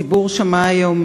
הציבור שמע היום,